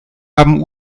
haben